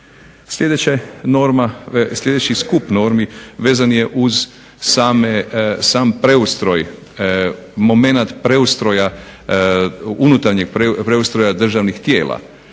sljedeći skup normi vezan je uz sam momenat preustroja, unutarnjeg preustroja državnih tijela,